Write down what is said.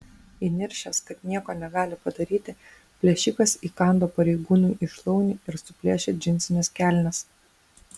įniršęs kad nieko negali padaryti plėšikas įkando pareigūnui į šlaunį ir suplėšė džinsines kelnes